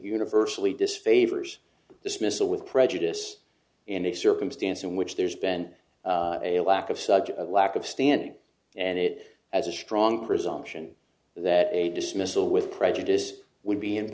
universally disfavors dismissal with prejudice in a circumstance in which there's been a lack of such a lack of standing and it as a strong presumption that a dismissal with prejudice would be i